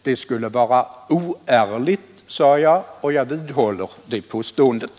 Det skulle vara oärligt, sade jag, och jag vidhåller det påståendet.